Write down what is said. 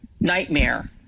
nightmare